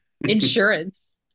Insurance